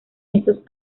esos